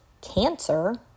cancer